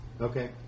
Okay